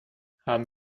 haben